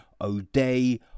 O'Day